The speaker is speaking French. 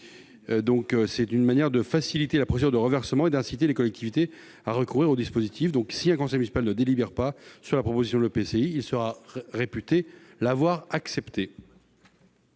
d'accord. Il s'agit de faciliter la procédure de reversement et d'inciter les collectivités à recourir au dispositif. Si un conseil municipal ne délibère pas sur la proposition de l'EPCI, il sera donc réputé l'avoir acceptée.